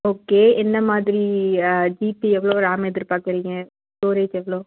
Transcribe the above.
okay என்ன மாதிரி GB எவ்வளோ ரேம் எதிர் பார்க்குறீங்க ஸ்டோரேஜ் எவ்வளோ